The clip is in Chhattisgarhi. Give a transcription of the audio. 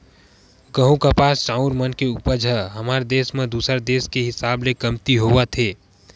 गहूँ, कपास, चाँउर मन के उपज ह हमर देस म दूसर देस के हिसाब ले कमती होवत हे